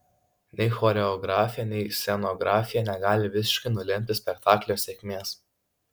nei choreografija nei scenografija negali visiškai nulemti spektaklio sėkmės